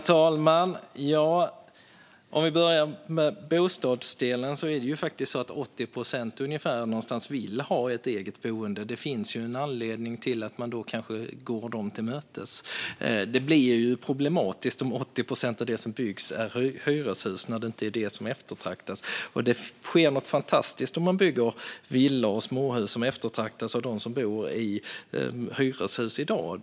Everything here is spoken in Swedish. Herr talman! Jag ska börja med frågan om bostäder. Det är faktiskt så att ungefär 80 procent vill ha ett eget ägt boende. Det finns då en anledning till att man kanske går dem till mötes. Det blir problematiskt om 80 procent av det som byggs är hyreshus när det inte är det som eftertraktas. Det sker något fantastiskt när det byggs villor och småhus som eftertraktas av dem som bor i hyreshus i dag.